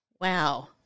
Wow